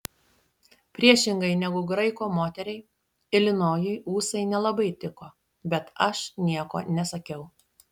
priešingai negu graiko moteriai ilinojui ūsai nelabai tiko bet aš nieko nesakiau